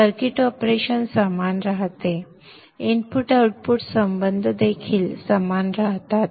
circuit operation समान राहते input output संबंध देखील समान राहतात